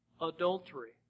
adultery